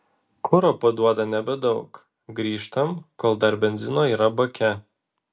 kuro paduoda nebedaug grįžtam kol dar benzino yra bake